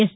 yes